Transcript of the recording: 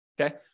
okay